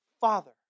Father